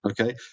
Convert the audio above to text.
Okay